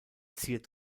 ziert